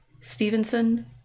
Stevenson